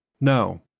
No